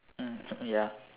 mm ya